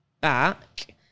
back